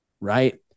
right